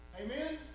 Amen